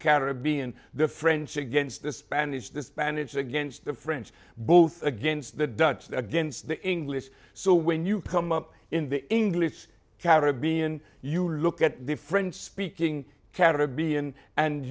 caribbean the french against the spanish the spanish against the french both against the dutch the against the english so when you come up in the english caribbean you look at the french speaking caribbean and